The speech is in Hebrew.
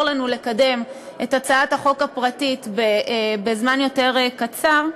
לנו לקדם את הצעת החוק הפרטית בזמן יותר קצר,